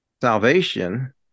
salvation